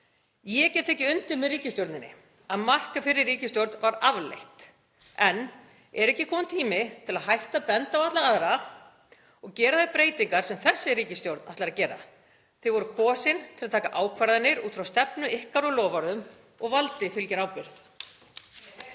Ég get tekið undir með ríkisstjórninni að margt hjá fyrri ríkisstjórn var afleitt, en er ekki kominn tími til að hætta að benda á alla aðra og gera þær breytingar sem þessi ríkisstjórn ætlar að gera? Þið voruð kosin til að taka ákvarðanir út frá stefnu ykkar og loforðum og valdi fylgir ábyrgð.